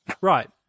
Right